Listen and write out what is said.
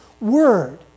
word